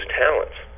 talents